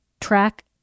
track